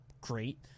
great